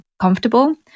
comfortable